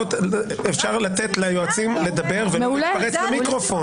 אפשר לתת ליועצים לדבר ולא להתפרץ למיקרופון.